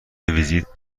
ویزیت